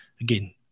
Again